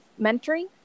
Mentoring